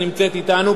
שנמצאת אתנו,